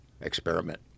experiment